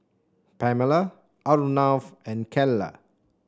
Pamela Arnav and Calla